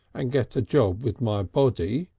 and get a job with my body.